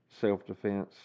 self-defense